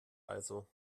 also